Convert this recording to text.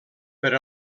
per